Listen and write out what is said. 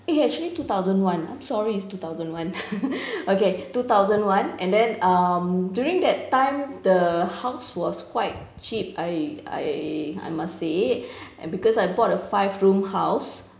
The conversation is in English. eh actually two thousand one I'm sorry it's two thousand one okay two thousand one and then um during that time the house was quite cheap I I I must say and because I bought a five room house